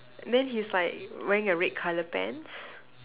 then he's like wearing a red colour pants